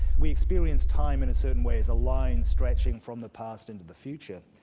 we experience time in a certain way, as a line stretching from the past into the future.